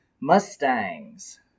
Mustangs